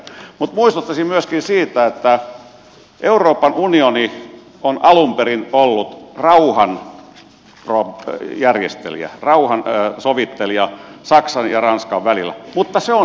muistuttaisin myöskin siitä että euroopan unioni on alun perin ollut rauhanjärjestelijä rauhansovittelija saksan ja ranskan välillä mutta se on sitä edelleen